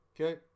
Okay